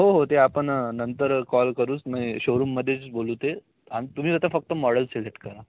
हो हो ते आपण नंतर कॉल करूच मी शोरूमध्येच बोलवते आणि तुम्ही आता फक्त मॉडेल सिलेक्ट करा